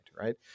right